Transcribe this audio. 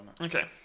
Okay